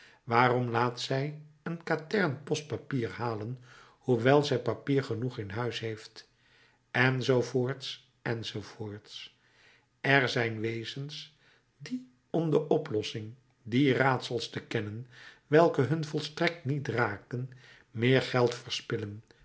waarom laat zij een katern postpapier halen hoewel zij papier genoeg in huis heeft enz enz er zijn wezens die om de oplossing dier raadsels te kennen welke hun volstrekt niet raken meer geld verspillen